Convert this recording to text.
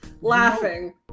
laughing